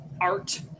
art